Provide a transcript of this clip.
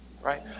right